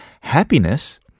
happiness